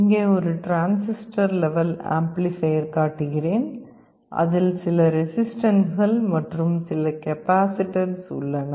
இங்கே ஒரு transistor level amplifier காட்டுகிறேன் அதில் சில ரெசிஸ்டன்ஸ்கள் மற்றும் சில கெப்பாசிட்டன்ஸ் உள்ளன